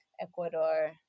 Ecuador